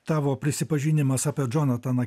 tavo prisipažinimas apie džonataną